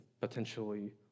potentially